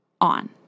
on